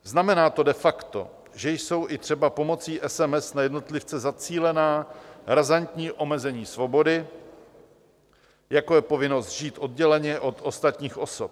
Znamená to de facto, že jsou i třeba pomocí SMS na jednotlivce zacílená razantní omezení svobody, jako je povinnost žít odděleně od ostatních osob.